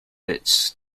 its